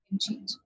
change